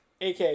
AK